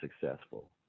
successful